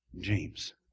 James